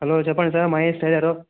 hello చెప్పండి sir Mahesh tailor